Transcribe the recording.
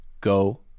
go